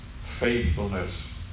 faithfulness